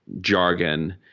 jargon